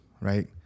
right